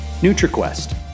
nutriquest